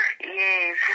Yes